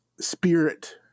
spirit